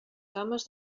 cames